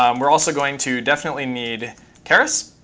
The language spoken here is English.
um we're also going to definitely need keras.